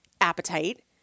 appetite